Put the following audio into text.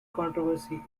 controversy